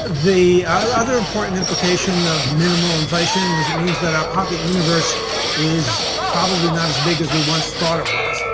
the ah the other important implication of minimal inflation is it means that our pocket universe is probably not as big as we once thought it was.